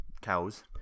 cows